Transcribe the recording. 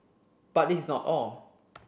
but this is not all